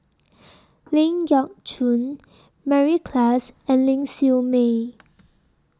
Ling Geok Choon Mary Klass and Ling Siew May